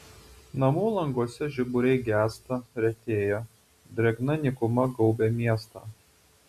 namų languose žiburiai gęsta retėja drėgna nykuma gaubia miestą